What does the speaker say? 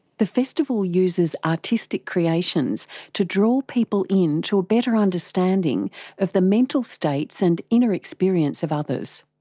the festival uses artistic creations to draw people in to a better understanding of the mental states and inner experience of others.